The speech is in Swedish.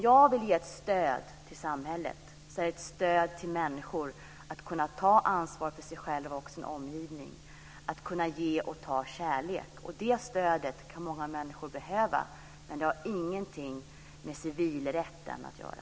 Jag vill att samhället ska stödja människor så att de kan ta ansvar för sig själva och sin omgivning och ge och ta kärlek. Det stödet kan många människor behöva, men det har ingenting med civilrätten att göra.